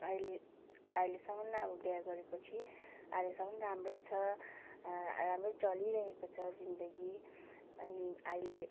अहिले अहिलेसम्म अब बिहा गरेपछि अहिलेसम्म राम्रै छ राम्रै चलिरहेको छ जिन्दगी अनि अहिले